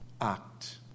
act